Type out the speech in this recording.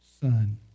Son